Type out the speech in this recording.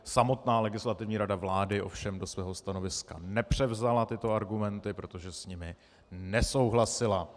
Samotná Legislativní rada vlády ovšem do svého stanoviska nepřevzala tyto argumenty, protože s nimi nesouhlasila.